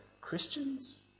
Christians